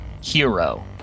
hero